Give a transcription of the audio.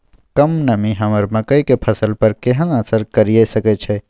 कम नमी हमर मकई के फसल पर केहन असर करिये सकै छै?